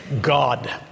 God